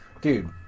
Dude